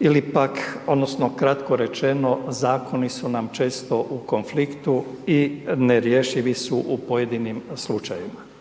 Ili pak odnosno kratko rečeno zakoni su nam često u konfliktu i nerješivi su u pojedinim slučajevima.